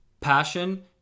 passion